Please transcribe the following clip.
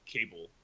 Cable